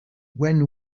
when